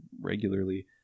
regularly